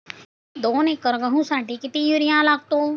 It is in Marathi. दोन एकर गहूसाठी किती युरिया लागतो?